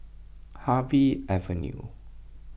Harvey Avenue